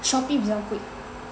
Shopee 比较贵